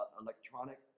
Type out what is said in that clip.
electronic